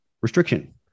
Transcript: restriction